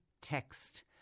text